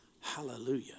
hallelujah